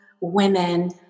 women